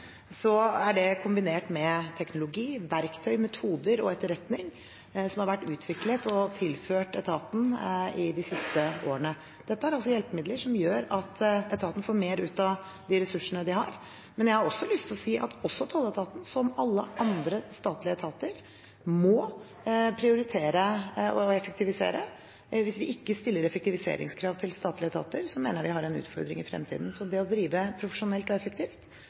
kombinert med teknologi, verktøy, metoder og etterretning, som har vært utviklet og tilført etaten i de siste årene. Dette er hjelpemidler som gjør at etaten får mer ut av de ressursene de har. Men jeg har også lyst til å si at tolletaten, som alle andre statlige etater, må prioritere å effektivisere. Hvis vi ikke stiller effektiviseringskrav til statlige etater, mener jeg vi har en utfordring i fremtiden. Så det å drive profesjonelt og effektivt